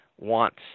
wants